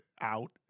out